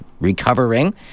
recovering